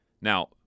Now